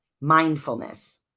mindfulness